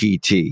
pt